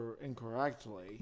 incorrectly